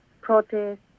protest